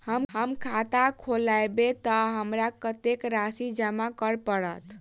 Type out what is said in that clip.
हम खाता खोलेबै तऽ हमरा कत्तेक राशि जमा करऽ पड़त?